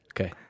Okay